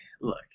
look